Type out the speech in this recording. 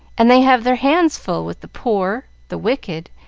and they have their hands full with the poor, the wicked,